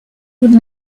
would